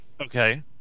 Okay